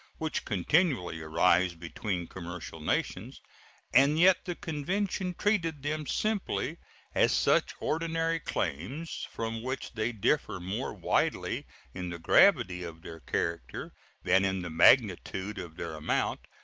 which continually arise between commercial nations and yet the convention treated them simply as such ordinary claims, from which they differ more widely in the gravity of their character than in the magnitude of their amount,